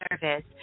service